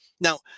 Now